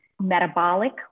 metabolic